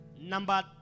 number